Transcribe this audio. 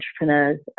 entrepreneurs